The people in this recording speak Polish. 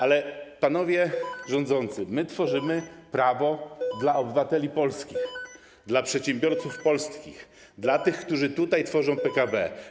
Ale panowie rządzący, my tworzymy prawo dla obywateli polskich, dla przedsiębiorców polskich, dla tych, którzy tutaj tworzą PKB.